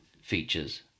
features